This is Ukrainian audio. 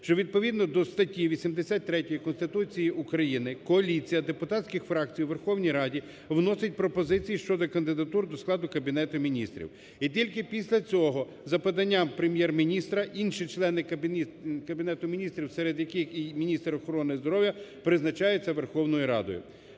що відповідно до статті 83 Конституції України коаліції депутатських фракцій у Верховній Раді вносить пропозиції щодо кандидатур до складу Кабінету Міністрів. І тільки після цього за поданням Прем'єр-міністра інші члени Кабінету Міністрів, серед яких і міністр охорони здоров'я призначаються Верховною Радою.